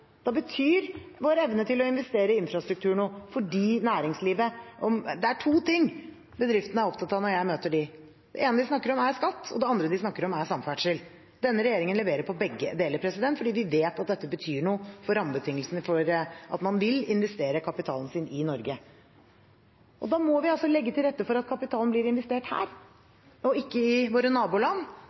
Da betyr vår evne til å investere i infrastruktur noe. Det er to ting bedriftene er opptatt av når jeg møter dem. Det ene de snakker om, er skatt, og det andre de snakker om, er samferdsel. Denne regjeringen leverer på begge deler fordi vi vet at dette betyr noe for rammebetingelsene for å ville investere kapitalen sin i Norge. Da må vi legge til rette for at kapitalen blir investert her og ikke i våre naboland,